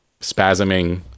spasming